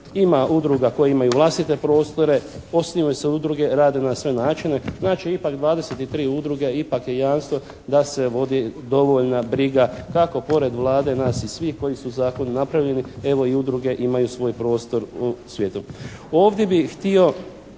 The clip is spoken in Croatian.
Ima udruga koje imaju i vlastite prostore, osnivaju se udruge, rade na sve načine. Znači ipak 23 udruge ipak je jamstvo da se vodi dovoljna briga kako pored Vlade, nas i svih koji su zakon napravljeni, evo i udruge imaju svoj prostor u svijetu. Ovdje bi htio